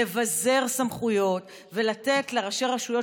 לבזר סמכויות ולתת לראשי הרשויות,